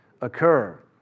occur